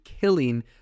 killing